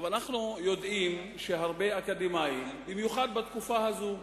אנחנו יודעים שהרבה אקדמאים, במיוחד בתקופה הזאת,